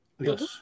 Yes